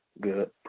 good